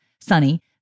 Sunny